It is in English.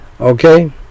Okay